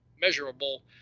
measurable